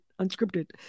unscripted